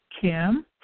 Kim